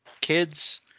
kids